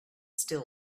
still